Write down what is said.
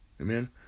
Amen